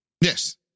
Yes